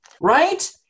right